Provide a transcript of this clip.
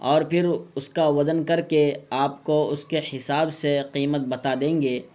اور پھر اس کا وزن کر کے آپ کو اس کے حساب سے قیمت بتا دیں گے